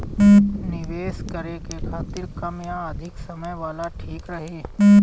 निवेश करें के खातिर कम या अधिक समय वाला ठीक रही?